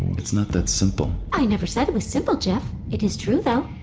it's not that simple i never said it was simple, geoff. it is true, though